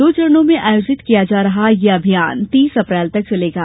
दो चरणों में आयोजित किया जा रहा ये अभियान तीस अप्रैल तक चलेगा